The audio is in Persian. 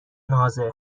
نازه